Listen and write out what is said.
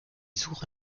suche